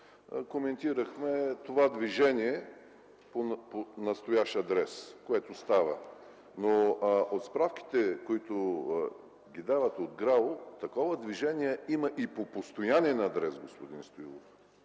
коментирахме това движение по настоящ адрес, което става. От справките, които дават от ГРАО, такова движение има и по постоянен адрес, господин Стоилов.